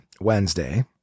Wednesday